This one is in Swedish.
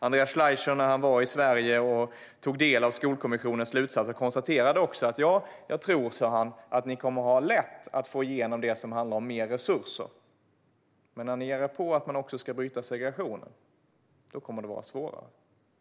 Andreas Schleicher var i Sverige och tog del av Skolkommissionens slutsatser. Han sa: Jag tror att ni kommer att ha lätt att få igenom det som handlar om mer resurser, men när ni ger er på att också bryta segregationen kommer det att vara svårare.